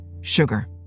sugar